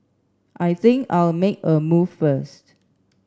I think I'll make a move first